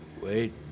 wait